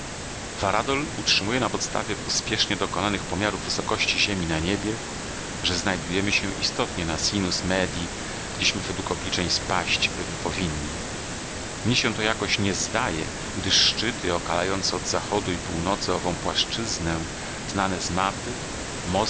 varadol utrzymuje na podstawie pospiesznie dokonanych pomiarów wysokości ziemi na niebie że znajdujemy się istotnie na sinus medii gdzieśmy według obliczeń spaść byli powinni mnie się to jakoś nie zdaje gdyż szczyty okalające od zachodu i północy ową płaszczyznę znane z map